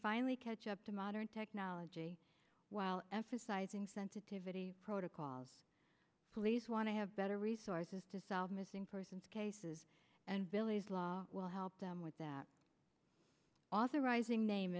finally catch up to modern technology while emphasizing sensitivity protocols police want to have better resources to solve missing persons cases and billy's law will help them with that authorizing neme